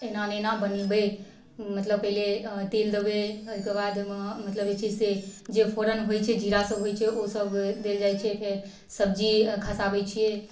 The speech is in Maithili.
एना नहि एना बनेबै मतलब पहिले तेल देबै ओहिके बाद ओहिमे मतलब जे छै से जे फोरन होइ छै जीरासब होइ छै ओसब देल जाइ छै फेर सब्जी खसाबै छिए